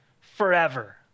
forever